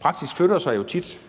praksis flytter sig jo tit.